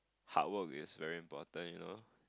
hard work is very important you know